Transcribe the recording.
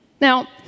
Now